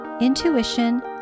intuition